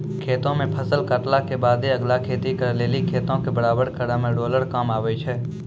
खेतो मे फसल काटला के बादे अगला खेती करे लेली खेतो के बराबर करै मे रोलर काम आबै छै